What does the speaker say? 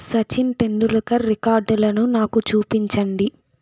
సచిన్ టెండూల్కర్ రికార్డులను నాకు చూపించండి